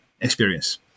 experience